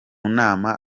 nama